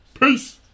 Peace